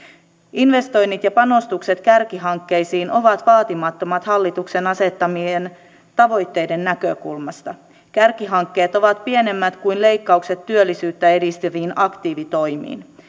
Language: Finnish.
investoinnit ja panostukset kärkihankkeisiin ovat vaatimattomat hallituksen asettamien tavoitteiden näkökulmasta kärkihankkeet ovat pienemmät kuin leikkaukset työllisyyttä edistäviin aktiivitoimiin